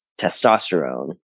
testosterone